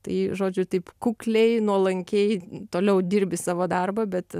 tai žodžiai taip kukliai nuolankiai toliau dirbi savo darbą bet